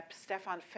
Stefan